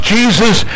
Jesus